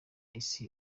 isi